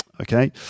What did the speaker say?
Okay